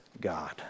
God